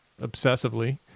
obsessively